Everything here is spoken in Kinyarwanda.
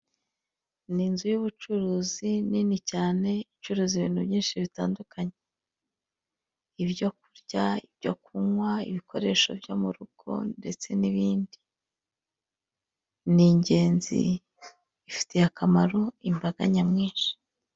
Ni inzu y'ubucuruzi nini cyane icuruzaza ibintu byinshi bitandukanye, ibyo kurya ibyo kunywa ibikoresho byo mu rugo ndetse n'ibindi, ni ingenzi bifitiye akamaro imbaga nyamwinshi.